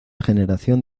generación